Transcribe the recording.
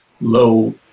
low